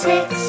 six